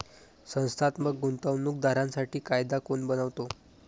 संस्थात्मक गुंतवणूक दारांसाठी कायदा कोण बनवतो?